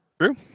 True